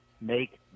make